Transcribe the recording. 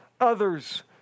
others